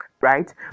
right